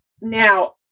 now